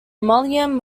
mullum